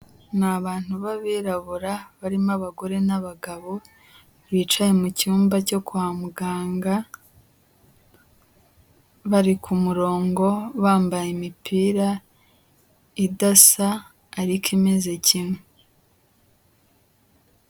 Ni abantu b'abirabura barimo abagore n'abagabo bicaye mu cyumba cyo kwa muganga, bari ku murongo bambaye imipira idasa ariko imeze kimwe.